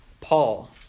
Paul